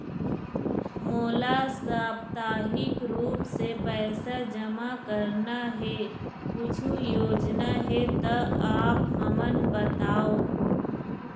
मोला साप्ताहिक रूप से पैसा जमा करना हे, कुछू योजना हे त आप हमन बताव?